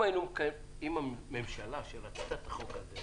אם הממשלה, שרצתה את החוק הזה,